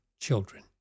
children